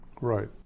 Right